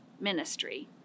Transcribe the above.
ministry